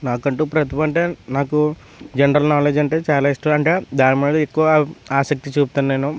నాకంటూ ప్రతిభ అంటే నాకు జనరల్ నాలెడ్జ్ అంటే చాల ఇష్టం అంటే దాని మీద ఎక్కువ ఆసక్తి చూపుతాను నేను